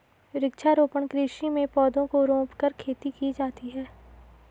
वृक्षारोपण कृषि में पौधों को रोंपकर खेती की जाती है